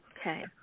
Okay